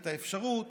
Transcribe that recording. את האפשרות